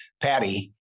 Patty